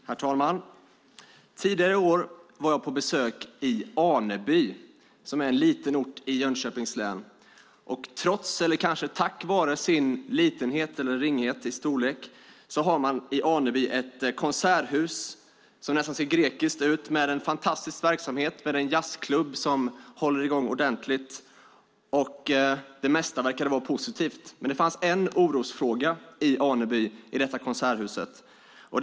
Herr talman! Tidigare i år var jag på besök i Aneby, som är en liten ort i Jönköpings län. Trots, eller möjligen tack vare, sin litenhet har man i Aneby ett konserthus som nästan ser grekiskt ut och som har en fantastisk verksamhet med en jazzklubb som håller i gång ordentligt. Det mesta verkade vara positivt, men det fanns en orosfråga i detta konserthus i Aneby.